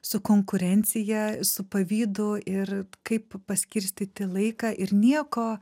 su konkurencija su pavydu ir kaip paskirstyti laiką ir nieko